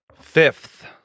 fifth